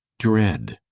dread.